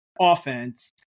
offense